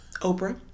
Oprah